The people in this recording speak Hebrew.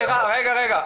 רגע,